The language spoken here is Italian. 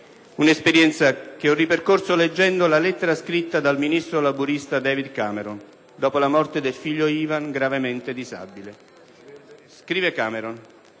Un'esperienza che ho ripercorso leggendo la lettera scritta dal *leader* conservatore David Cameron dopo la morte del figlio Ivan, gravemente disabile. Scrive Cameron: